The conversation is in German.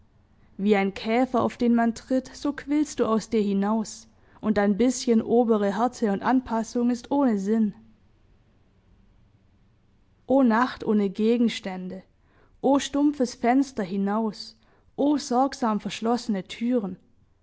wie ein käfer auf den man tritt so quillst du aus dir hinaus und dein bißchen obere härte und anpassung ist ohne sinn o nacht ohne gegenstände o stumpfes fenster hinaus o sorgsam verschlossene türen